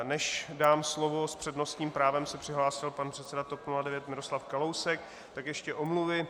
Než dám slovo s přednostním právem se přihlásil pan předseda TOP 09 Miroslav Kalousek tak ještě omluvy.